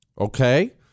Okay